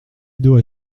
dois